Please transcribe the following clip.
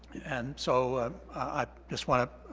and so i just want to